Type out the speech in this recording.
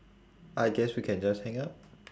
I guess we can just hang up